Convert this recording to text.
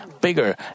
bigger